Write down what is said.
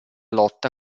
lotta